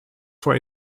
for